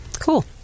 Cool